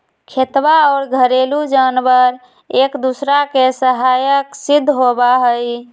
खेतवा और घरेलू जानवार एक दूसरा के सहायक सिद्ध होबा हई